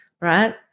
right